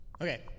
Okay